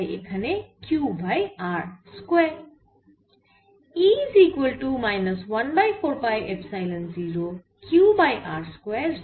তাই এখানে q by r square